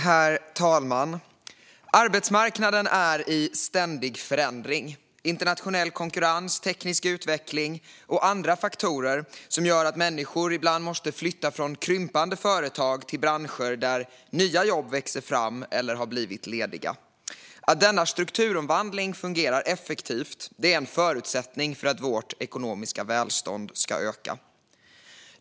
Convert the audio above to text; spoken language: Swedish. Herr talman! Arbetsmarknaden är i ständig förändring. Internationell konkurrens, teknisk utveckling och andra faktorer gör att människor ibland måste flytta från krympande företag till branscher där nya jobb växer fram eller har blivit lediga. Att denna strukturomvandling fungerar effektivt är en förutsättning för att vårt ekonomiska välstånd ska öka.